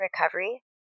Recovery